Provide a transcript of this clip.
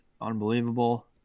unbelievable